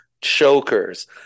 chokers